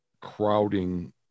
crowding